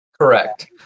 Correct